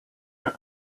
out